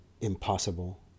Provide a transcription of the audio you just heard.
impossible